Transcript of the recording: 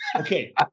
okay